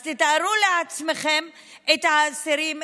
אז תתארו לעצמכם את האסירים,